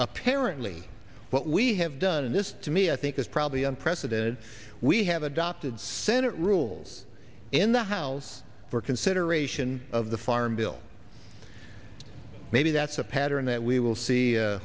apparently what we have done this to me i think is probably unprecedented we have adopted senate rules in the house for consideration of the farm bill maybe that's a pattern that we will see